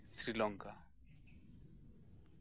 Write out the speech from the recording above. Sri Lanka